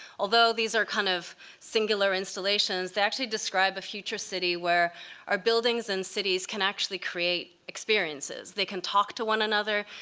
although these are kind of singular installations, they actually describe a future city where our buildings and cities can actually create experiences. they can talk to one another.